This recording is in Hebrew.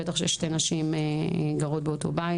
ובטח כששתי נשים גרות באותו בית.